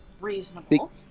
Reasonable